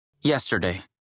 Yesterday